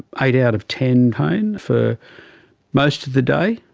eight out of ten pain for most of the day,